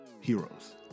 heroes